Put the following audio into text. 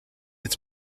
its